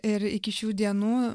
ir iki šių dienų